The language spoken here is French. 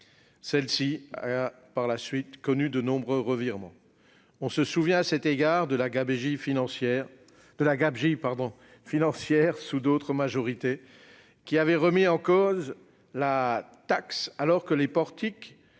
Elle a par la suite connu de nombreux revirements. On se souvient à cet égard de la gabegie financière prévalant sous d'autres majorités, qui avaient remis en cause la taxe alors que les portiques